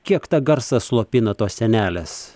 kiek tą garsą slopina tos sienelės